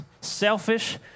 selfish